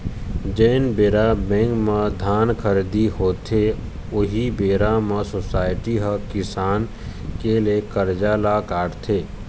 जेन बेरा बेंक म धान खरीदी होथे, उही बेरा म सोसाइटी ह किसान के ले करजा ल काटथे